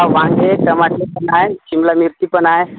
वांगे टमाटे पण आहे सिमला मिरची पण आहे